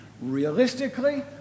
realistically